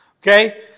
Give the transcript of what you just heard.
Okay